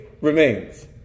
remains